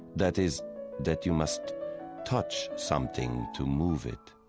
that is that you must touch something to move it.